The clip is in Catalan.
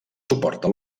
suporta